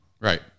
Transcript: Right